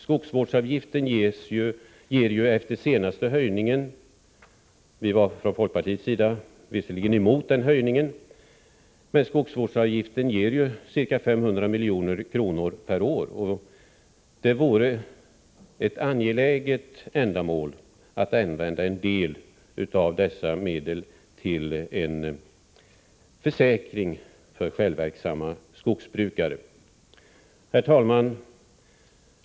Skogsvårdsavgiften ger ju efter den senaste höjningen, som vi från folkpartiet visserligen motsatte oss, ca 500 milj.kr. per år. Det vore angeläget att en del av dessa medel använts till en försäkring för självverksamma skogsbrukare. Herr talman!